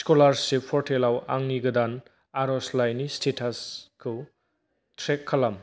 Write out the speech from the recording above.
scholarship पर्टेलाव आंनि गोदान आर'जलाइनि स्टेटासखौ ट्रेक खालाम